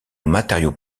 matériau